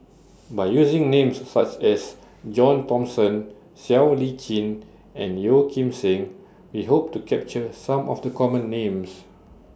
By using Names such as John Thomson Siow Lee Chin and Yeo Kim Seng We Hope to capture Some of The Common Names